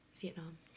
Vietnam